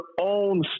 own